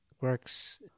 works